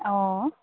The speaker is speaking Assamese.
অঁ